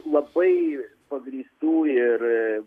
labai pagrįstų ir